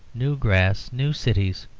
new grass, new cities,